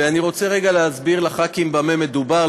ואני רוצה רגע להסביר לח"כים במה מדובר,